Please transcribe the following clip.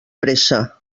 pressa